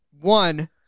one